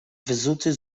wyzuty